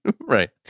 right